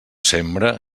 sembra